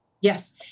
Yes